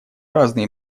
разные